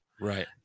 Right